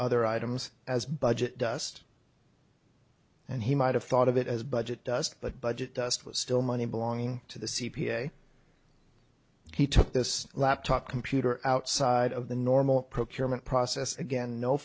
other items as budget dust and he might have thought of it as budget does the budget does it was still money belonging to the c p a he took this laptop computer outside of the normal procurement process again no